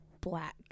Black